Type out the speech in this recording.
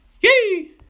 Yee